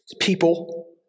people